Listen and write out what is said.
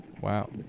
Wow